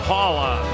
Paula